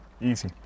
Easy